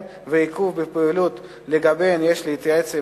ועיכוב בפעולות שלגביהן יש להתייעץ עמה.